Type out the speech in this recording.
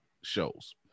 shows